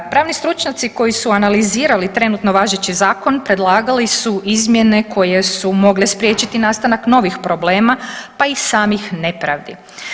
Pravni stručnjaci koji su analizirali trenutno važeći zakon predlagali su izmjene koje su mogle spriječiti nastanak novih problema, pa i samih nepravdi.